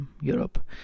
Europe